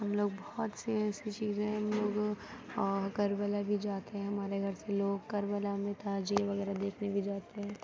ہم لوگ بہت سی ایسی چیزیں ہم لوگ کربلا بھی جاتے ہیں ہمارے گھر سے لوگ کربلا میں تعجیے وغیرہ دیکھنے بھی جاتے ہیں